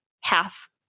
half